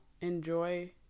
enjoy